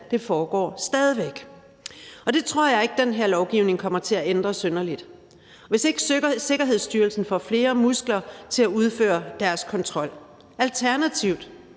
væk foregår, og det tror jeg ikke den her lovgivning kommer til at ændre synderligt, hvis ikke Sikkerhedsstyrelsen får flere muskler til at udføre deres kontrol. Alternativt